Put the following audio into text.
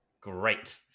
Great